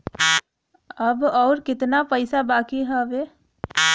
अब अउर कितना पईसा बाकी हव?